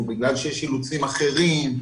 בגלל שיש אילוצים אחרים,